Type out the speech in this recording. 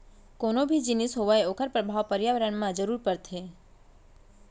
कोनो भी जिनिस होवय ओखर परभाव परयाबरन म जरूर परथे